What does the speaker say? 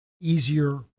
easier